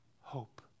hope